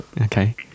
okay